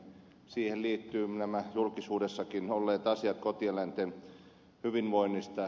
siihen liittyvät nämä julkisuudessakin olleet asiat kotieläinten hyvinvoinnista